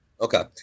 Okay